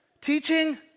Teaching